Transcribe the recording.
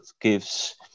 gives